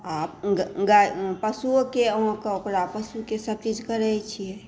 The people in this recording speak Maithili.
आ पशुवो केँ अहाँकेॅं ओकरा पशुके सब चीज करै छियै